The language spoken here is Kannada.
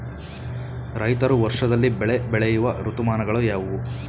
ರೈತರು ವರ್ಷದಲ್ಲಿ ಬೆಳೆ ಬೆಳೆಯುವ ಋತುಮಾನಗಳು ಯಾವುವು?